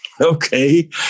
Okay